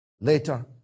later